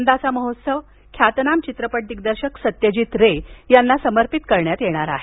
यदाचा महोत्सव ख्यातनाम चित्रपट दिग्दर्शक सत्यजित रे यांना समर्पित करण्यात येणार आहे